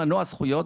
מנוע זכויות,